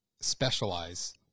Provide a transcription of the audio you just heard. specialize